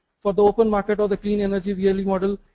for the open market or the clean energy, the early model.